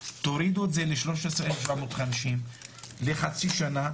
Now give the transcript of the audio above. תורידו את זה ל-13,750 לחצי שנה.